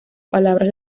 palabras